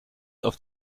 auf